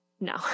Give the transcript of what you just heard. No